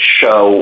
show